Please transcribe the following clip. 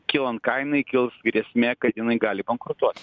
kylant kainai kils grėsmė kad jinai gali bankrutuot